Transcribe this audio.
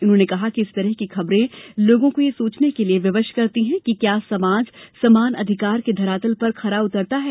उन्होंने कहा कि इस तरह की खबरें लोगों को यह सोचने के लिए विवश करती हैं कि क्या समाज समान अधिकार के धरातल पर खरा उतरता है